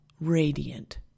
radiant